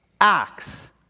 Acts